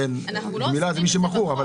גמילה זה למי שמכור.